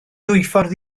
dwyffordd